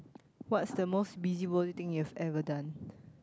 what's the most busybody thing you've ever done